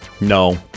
No